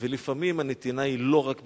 ולפעמים הנתינה היא לא רק בכסף.